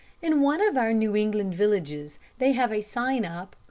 in one of our new england villages they have a sign up,